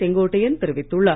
செங்கோட்டையன் தெரிவித்துள்ளார்